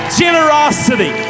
generosity